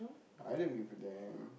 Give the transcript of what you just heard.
I don't give a damn